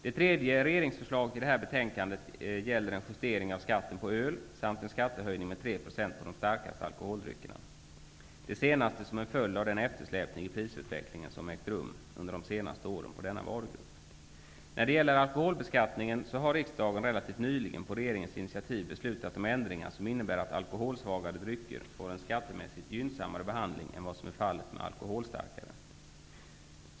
Det tredje regeringsförslaget i detta betänkande gäller en justering av skatten på öl samt en skattehöjning med 3 % på de starkaste alkholdryckerna -- det senaste som en följd av de senaste årens eftersläpning i prisutvecklingen på denna varugrupp. När det gäller alkoholbeskattningen har riksdagen relativt nyligen på regeringens initiativ beslutat om ändringar som innebär att alkoholsvagare drycker får en skattemässigt gynnsammare behandling än vad som är fallet med alkoholstarkare.